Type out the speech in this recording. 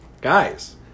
guys